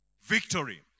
victory